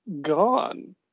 gone